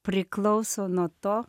priklauso nuo to